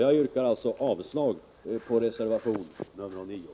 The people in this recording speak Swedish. Jag yrkar avslag på reservation 9.